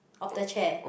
of the chair